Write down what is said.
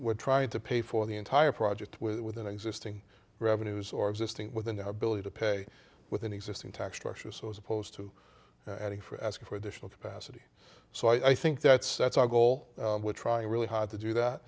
we're trying to pay for the entire project with an existing revenues or existing within the ability to pay with an existing tax structure so as opposed to adding for asking for additional capacity so i think that's that's our goal we're trying really hard to do that